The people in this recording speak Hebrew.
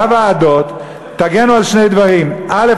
בוועדות תגנו על שני דברים: א.